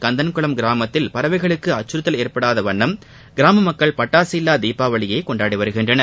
கந்தன்குளம் கிராமத்தில் பறவைகளுக்கு அச்சுறுத்தல் ஏற்படா வண்ணம் கிராம மக்கள் பட்டாசு இல்லா தீபாவளியை கொண்டாடி வருகின்றனர்